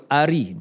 ari